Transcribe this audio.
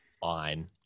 fine